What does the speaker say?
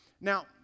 Now